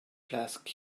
flask